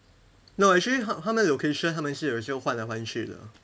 no actually 他他们 location 他们是有时候换来换去的